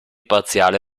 parziale